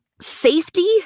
safety